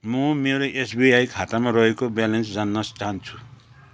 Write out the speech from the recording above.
म मेरो एसबिआई खातामा रहेको ब्यालेन्स जान्न चाहन्छु